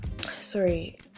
sorry